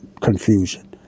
confusion